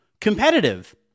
competitive